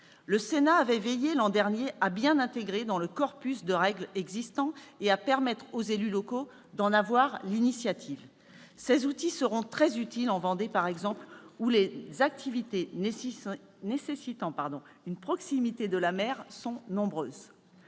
Le Sénat avait veillé l'an dernier à bien l'intégrer dans le corpus de règles existant, et à permettre aux élus locaux d'en avoir l'initiative. Ces outils seront très utiles en Vendée, par exemple, où les activités nécessitant une proximité de la mer sont nombreuses.